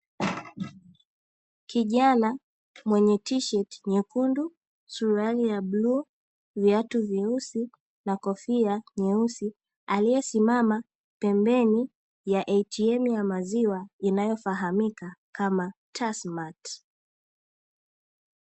Kijana mwenye tisheti nyekundu, suruali ya bluu, viatu vyeusi na kofia nyeusi, aliyesimama pembeni ya "ATM" ya maziwa inayofahamika kama "TASSMATT".